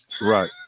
Right